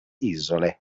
isole